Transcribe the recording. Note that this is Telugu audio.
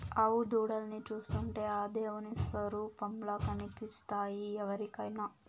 ఆవు దూడల్ని చూస్తుంటే ఆ దేవుని స్వరుపంలా అనిపిస్తాయి ఎవరికైనా